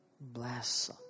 Bless